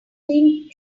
cream